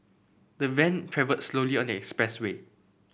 the van travelled slowly on expressway